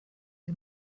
sie